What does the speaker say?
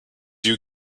you